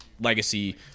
Legacy